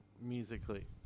musically